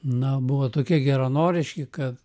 na buvo tokie geranoriški kad